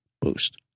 boost